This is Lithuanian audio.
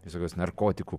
visokius narkotikų